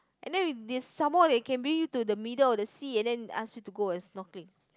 and then we they some more they can bring you to the middle of the sea and then ask you to go and snorkeling